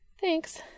Thanks